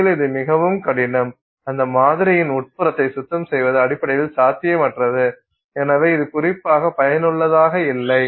உண்மையில் இது மிகவும் கடினம் அந்த மாதிரியின் உட்புறத்தை சுத்தம் செய்வது அடிப்படையில் சாத்தியமற்றது எனவே இது குறிப்பாக பயனுள்ளதாக இல்லை